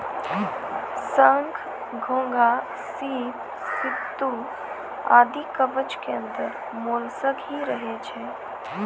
शंख, घोंघा, सीप, सित्तू आदि कवच के अंदर मोलस्क ही रहै छै